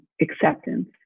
Acceptance